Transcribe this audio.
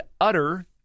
utter